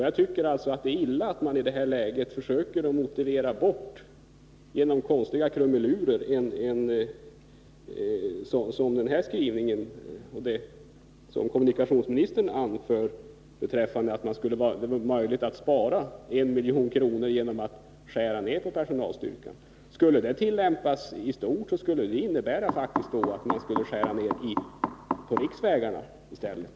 Jag tycker att det är illa att man i det här läget försöker motivera bort detta genom konstiga krumelurer, som skrivningen i svaret och det som kommunikationsministern anför beträffande att det skulle vara möjligt att spara 1 milj.kr. genom att skära ner personalstyrkan. Skulle det här tillämpas i stort skulle det faktiskt innebära att man skar ner anslaget på riksvägarna i stället.